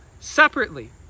separately